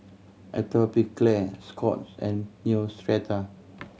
Atopiclair Scott's and Neostrata